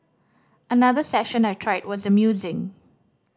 another session I tried was amusing